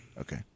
Okay